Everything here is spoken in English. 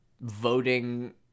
voting